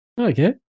Okay